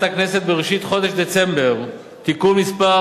הכנסת בראשית חודש דצמבר תיקון מס'